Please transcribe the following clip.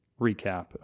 recap